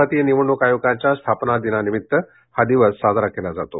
भारतीय निवडणूक आयोगाच्या स्थापना दिनानिमित्त हा दिवस साजरा केला जातो